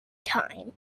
time